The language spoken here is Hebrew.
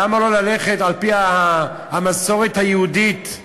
למה לא ללכת על-פי המסורת היהודית?